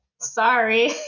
Sorry